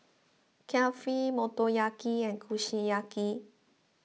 Kulfi Motoyaki and Kushiyaki